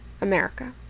America